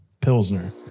Pilsner